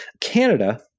Canada